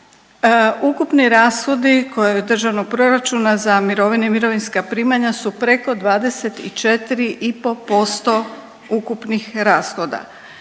ukupni rashodi državnog proračuna za mirovine i mirovinska primanja su preko 24 i pol posto ukupnih rashoda.